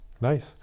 Nice